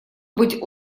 быть